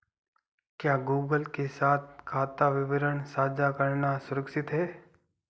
क्या गूगल के साथ खाता विवरण साझा करना सुरक्षित है?